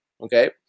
okay